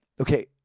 okay